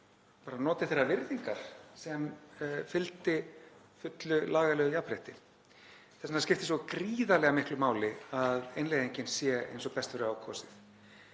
og notið þeirrar virðingar sem fylgdi fullu lagalegu jafnrétti. Þess vegna skiptir svo gríðarlega miklu máli að innleiðingin sé eins og best verður á kosið,